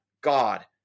God